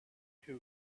who